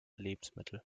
lebensmittel